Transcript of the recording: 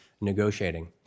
negotiating